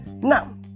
Now